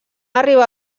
arribar